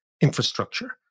infrastructure